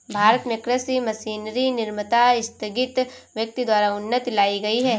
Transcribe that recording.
भारत में कृषि मशीनरी निर्माता स्थगित व्यक्ति द्वारा उन्नति लाई गई है